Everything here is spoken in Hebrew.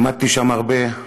למדתי שם הרבה.